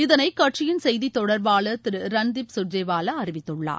இதனை கட்சியின் செய்தி தொடர்பாளர் திரு ரன்தீப் கர்ஜேவாவா அறிவித்துள்ளார்